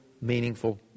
meaningful